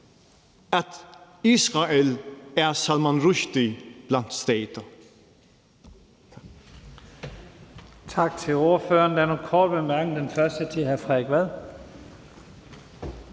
at Israel er Salman Rushdie blandt stater.